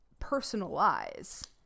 personalize